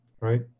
right